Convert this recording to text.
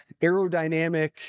aerodynamic